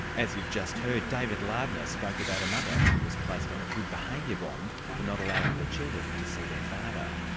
as you've just heard, david lardner spoke about a mother who was placed on a good behaviour bond for not allowing her children to see their father.